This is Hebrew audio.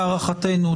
להערכתנו,